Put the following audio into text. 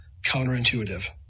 counterintuitive